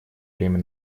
время